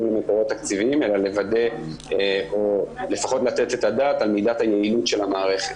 למקורות תקציביים אלא לוודא ולתת את הדעת על מידת היעילות של המערכת.